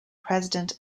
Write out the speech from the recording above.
president